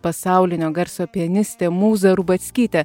kurioje pasaulinio garso pianistė mūza rubackytė